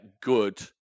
good